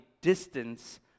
distance